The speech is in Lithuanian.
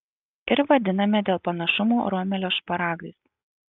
ir vadiname dėl panašumo romelio šparagais